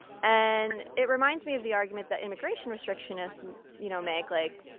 and it reminds me of the argument that immigration restrictionists you know make like,